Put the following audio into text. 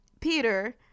Peter